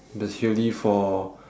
especially for